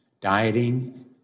dieting